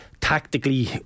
tactically